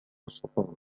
الصحون